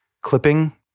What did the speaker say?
clipping